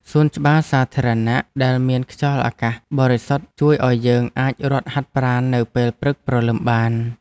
សួនច្បារសាធារណៈដែលមានខ្យល់អាកាសបរិសុទ្ធជួយឱ្យយើងអាចរត់ហាត់ប្រាណនៅពេលព្រឹកព្រលឹមបាន។